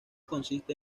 consiste